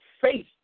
faith